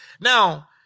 Now